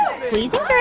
ah squeezing through.